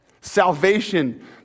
salvation